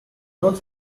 not